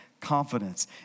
confidence